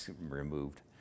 removed